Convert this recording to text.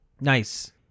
Nice